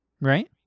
right